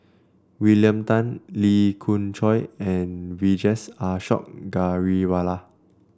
William Tan Lee Khoon Choy and Vijesh Ashok Ghariwala